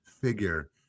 figure